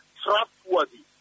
trustworthy